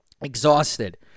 exhausted